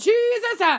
Jesus